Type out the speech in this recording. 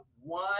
one